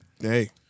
hey